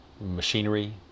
machinery